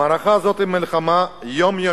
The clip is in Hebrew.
המערכה הזו היא מלחמה יומיומית,